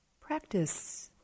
practice